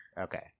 Okay